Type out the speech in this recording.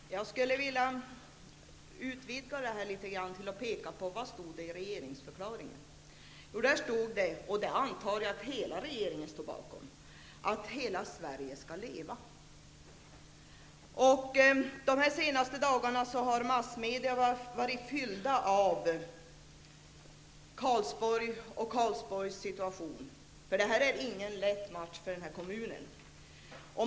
Herr talman! Jag skulle vilja utvidga detta något och peka på vad det stod i regeringsförklaringen. Där stod -- och jag antar att hela regeringen står bakom det -- att hela Sverige skall leva. De senaste dagarna har massmedia varit fyllda av Karlsborgs situation. Det här är ingen lätt match för den kommunen.